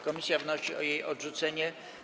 Komisja wnosi o jej odrzucenie.